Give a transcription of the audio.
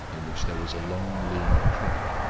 in which there was a long lean crack,